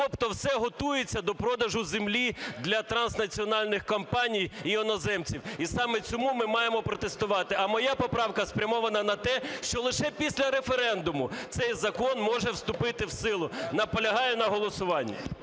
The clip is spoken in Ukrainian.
тобто все готується до продажу землі для транснаціональних компаній і іноземців. І саме цьому ми маємо протистояти. А моя поправка спрямована на те, що лише після референдуму цей закон може вступити в силу. Наполягаю на головуванні.